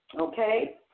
okay